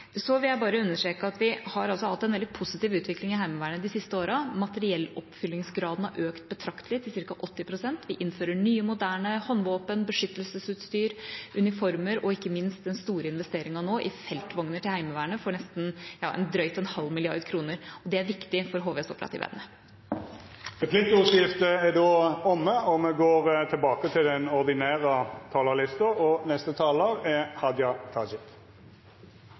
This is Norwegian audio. Så vil jeg bare understreke at vi har hatt en veldig positiv utvikling i Heimevernet de siste årene. Materielloppfyllingsgraden har økt betraktelig, til ca. 80 pst. Vi innfører nye, moderne håndvåpen, beskyttelsesutstyr, uniformer og – ikke minst – den store investeringen nå, i feltvogner til Heimevernet for drøyt 0,5 mrd. kr. Det er viktig for HVs operative evne. Replikkordskiftet er omme. I heile den